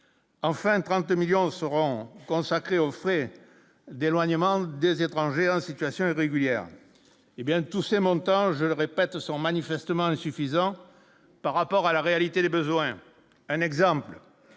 enfin 32 millions seront consacrés aux frais d'éloignement des étrangers en situation irrégulière, hé bien tous ces montants je répète sont manifestement insuffisants par rapport à la réalité des besoins, un exemple :